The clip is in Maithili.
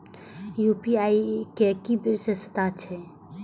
यू.पी.आई के कि विषेशता छै?